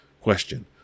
Question